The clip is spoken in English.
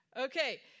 Okay